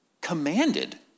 commanded